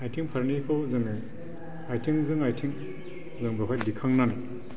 आथिं फारनैखौ जोङो आथिंजों आथिं जों बेवहाय दिखांनानै